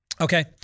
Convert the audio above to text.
Okay